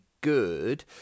good